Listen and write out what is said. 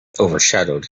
overshadowed